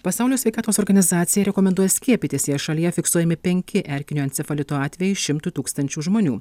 pasaulio sveikatos organizacija rekomenduoja skiepytis šalyje fiksuojami penki erkinio encefalito atvejai šimtui tūkstančių žmonių